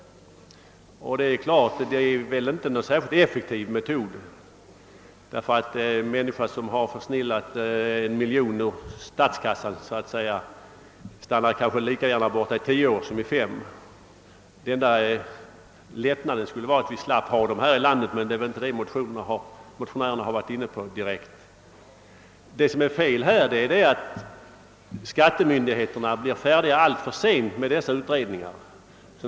Det är naturligtvis ingen särskilt effektiv metod därför att människor som så att säga har försnillat en miljon kronor från statskassan stannar kanske lika gärna borta i tio år som i fem år. Den enda lättnaden skulle vara att vi slapp ha dem här i landet men det är väl inte det motionärerna har avsett. Felet är att skattemyndigheterna blir färdiga alltför sent med sina utredningar.